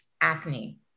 acne